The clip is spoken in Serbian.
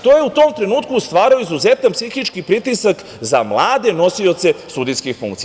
To je u tom trenutku stvarao izuzetan psihički pritisak za mlade nosioce sudijske funkcije.